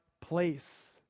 place